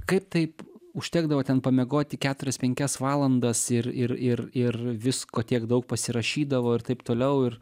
kaip taip užtekdavo ten pamiegoti keturias penkias valandas ir ir ir ir visko tiek daug pasirašydavo ir taip toliau ir